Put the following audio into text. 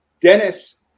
Dennis